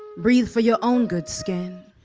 breathe for your own good skin,